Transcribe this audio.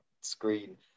screen